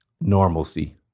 normalcy